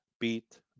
beat